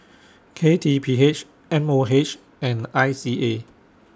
K T P H M O H and I C A